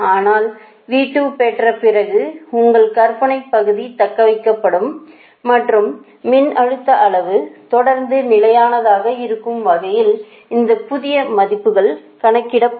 ஆனால் V2 பெற்ற பிறகு உங்கள் கற்பனைப் பகுதி தக்க வைக்கப்படும் மற்றும் மின்னழுத்த அளவு தொடர்ந்து நிலையானதாக இருக்கும் வகையில் இந்த புதிய மதிப்புகள் கணக்கிடப்படும்